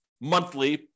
monthly